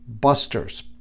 busters